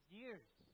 years